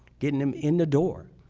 getting them in the door,